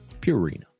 Purina